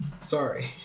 Sorry